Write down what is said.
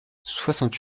soixante